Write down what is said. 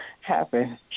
happen